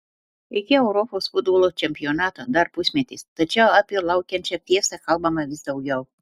iki europos futbolo čempionato dar pusmetis tačiau apie laukiančią fiestą kalbama vis daugiau